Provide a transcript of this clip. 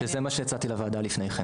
וזה מה שהצעתי לוועדה לפני כן.